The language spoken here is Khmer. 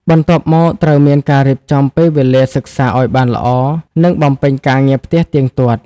បន្ទាប់់មកត្រូវមានការរៀបចំពេលវេលាសិក្សាឲ្យបានល្អ និងបំពេញការងារផ្ទះទៀងទាត់។